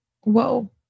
Whoa